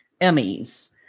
Emmys